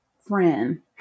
friend